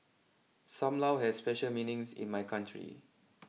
Sam Lau has special meanings in my country